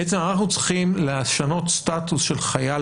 בעצם אנחנו צריכים לשנות סטטוס של חייל